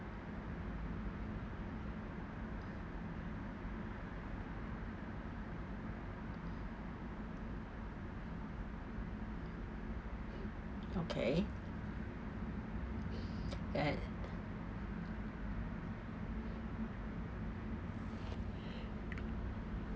okay uh